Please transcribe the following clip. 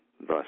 thus